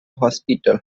hospital